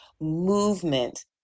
movement